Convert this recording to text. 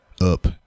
up